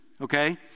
Okay